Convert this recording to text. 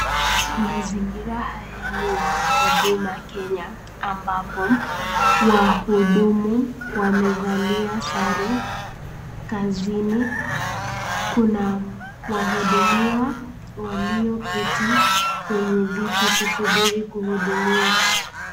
Mazingira haya ni ya huduma kenya ambapo wahudumu wamevalia sare kazini, kuna wanahudimiwa walio keti kwenye viti kusubiri kuhudumiwa.